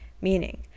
meaning